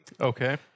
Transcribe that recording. Okay